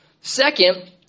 Second